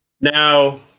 Now